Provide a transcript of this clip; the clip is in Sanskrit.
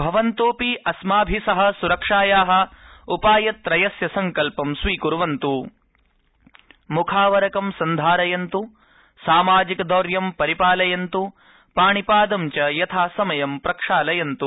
भवन्तोऽपि अस्माभि सह सुरक्षाया उपायत्रयस्य संकल्प स्वीकुर्वन्तु मुखावरंक सन्धारयन्त् सामाजिकदौर्यं परिपालयन्तु पाणिपादं च यथासमयं प्रक्षालयन्तु